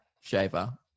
Shaver